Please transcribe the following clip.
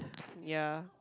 ya